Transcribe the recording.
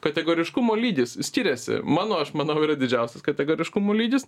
kategoriškumo lygis skiriasi mano aš manau yra didžiausias kategoriškumų lygis